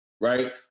right